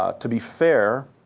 ah to be fair,